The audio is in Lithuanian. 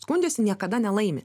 skundžiasi niekada nelaimi